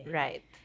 right